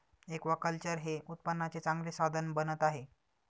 aquaculture हे उत्पन्नाचे चांगले साधन बनत आहे